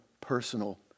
personal